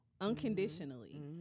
unconditionally